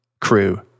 crew